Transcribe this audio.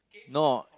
no